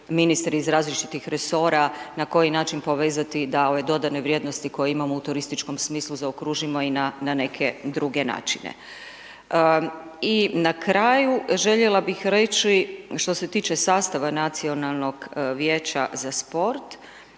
ministre iz različitih resora, na koji način povezati da ove dodane vrijednosti koje imamo u turističkom smislu zaokružimo i na neke druge načine. I na kraju željela bih reći što se tiče sastava Nacionalnog vijeća za sport,